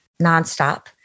nonstop